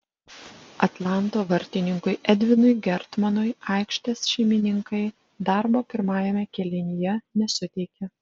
atlanto vartininkui edvinui gertmonui aikštės šeimininkai darbo pirmajame kėlinyje nesuteikė